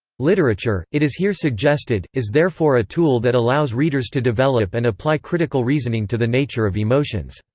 literature, it is here suggested, is therefore a tool that allows readers to develop and apply critical reasoning to the nature of emotions.